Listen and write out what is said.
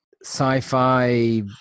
Sci-fi